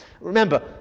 remember